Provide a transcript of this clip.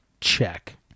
Check